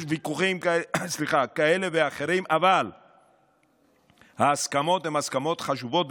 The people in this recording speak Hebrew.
יש ויכוחים כאלה ואחרים אבל ההסכמות הן הסכמות חשובות,